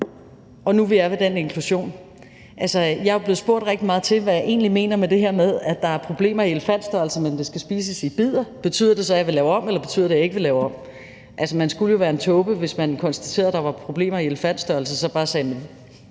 inklusion, vil jeg sige, at jeg er blevet spurgt rigtig meget til, hvad jeg egentlig mener med det her med, at der er problemer i elefantstørrelse, men at det skal spises i bidder: Betyder det, at jeg vil lave om, eller betyder det, at jeg ikke vil lave om? Altså, man skulle jo være en tåbe, hvis man konstaterede, at der var problemer i elefantstørrelse, og så bare sagde, at